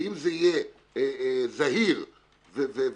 ואם זה יהיה זהיר ומידתי,